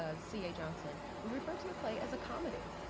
ah c. a. johnson, we refer to the play as a comedy,